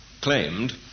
claimed